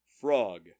Frog